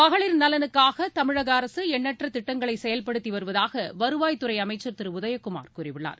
மகளிர் நலனுக்காக தமிழக அரசு எண்ணற்ற திட்டங்களை செயல்படுத்தி வருவதாக வருவாய்த் துறை அமைச்சா் திரு உதயகுமாா் கூறியுள்ளார்